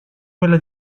quella